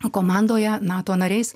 komandoje nato nariais